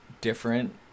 different